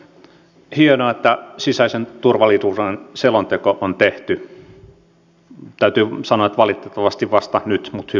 hienoa että sisäisen turvallisuuden selonteko on tehty täytyy sanoa että valitettavasti vasta nyt mutta hyvä että nyt